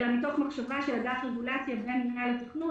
אלא מתוך מחשבה של אגף רגולציה ומינהל התכנון